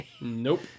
nope